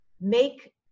make